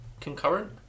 concurrent